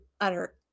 utter